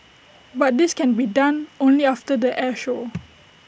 but this can be done only after the air show